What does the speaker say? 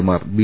എമാർ ബി